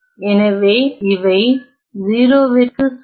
எனவே இவை 0 க்கு சமம்